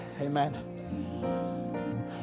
Amen